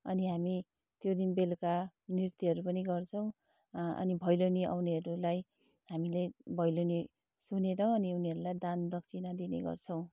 अनि हामी त्यो दिन बेलुका नृत्यहरू पनि गर्छौँ अनि भौलिनी आउनेहरूलाई हामीले भौलिनी सुनेर अनि उनीहरूलाई दान दक्षिणा दिने गर्छौँ